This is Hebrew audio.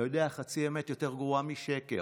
אתה יודע, חצי אמת יותר גרועה משקר.